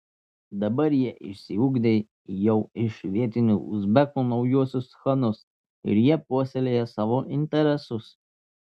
dabar jie išsiugdė jau iš vietinių uzbekų naujuosius chanus ir jie puoselėja savo interesus